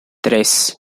tres